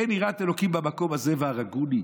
"אין יראת אלוקים במקום הזה והרגוני"?